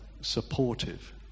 supportive